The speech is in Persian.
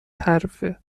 حرفه